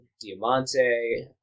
Diamante